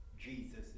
Jesus